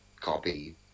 copy